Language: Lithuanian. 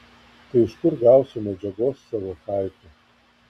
tai iš kur gausiu medžiagos savo haiku